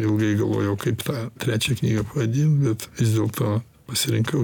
ilgai galvojau kaip tą trečią knygą pavadin bet vis dėlto pasirinkau